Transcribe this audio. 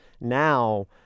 Now